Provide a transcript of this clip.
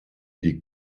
die